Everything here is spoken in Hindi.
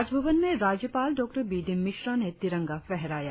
राजभवन में राज्यपाल डॉ बी डी मिश्र ने तिरंगा फहराया